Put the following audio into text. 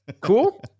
cool